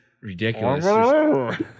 ridiculous